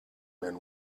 men